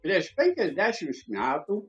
prieš penkiasdešimt metų